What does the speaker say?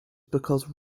because